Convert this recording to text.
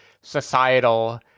societal